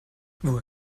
woher